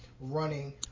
running